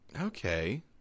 Okay